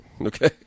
Okay